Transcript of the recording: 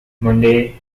monday